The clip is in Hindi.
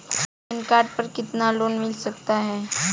पैन कार्ड पर कितना लोन मिल सकता है?